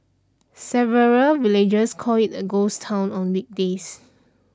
several villagers call it a ghost town on weekdays